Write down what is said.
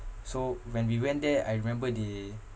so when we went there I remember the